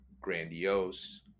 grandiose